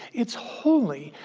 it's holy,